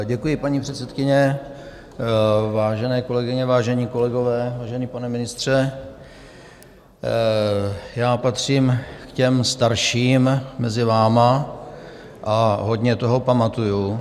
Děkuji, paní předsedkyně, vážené kolegyně, vážení kolegové, vážený pane ministře, patřím k těm starším mezi vámi a hodně toho pamatuju.